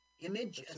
image